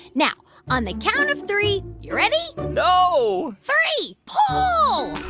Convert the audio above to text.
now, on the count of three you ready? no three. pull.